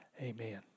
Amen